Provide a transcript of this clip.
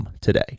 today